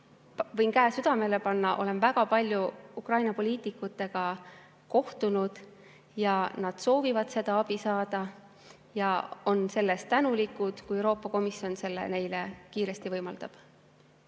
võin käe südamele panna: olen väga palju Ukraina poliitikutega kohtunud ja tean, et nad soovivad seda abi saada ja on tänulikud, kui Euroopa Komisjon seda neile kiiresti võimaldab.